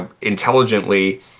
intelligently